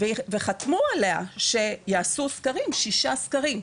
וחתמו עליה שיעשו סקרים שישה סקרים.